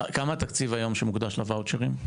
כמה תקציב היום מוקדש לוואוצ'רים?